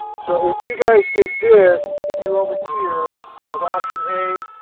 so if you guys did this, if you're over here with option a,